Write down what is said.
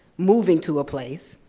moving to a place,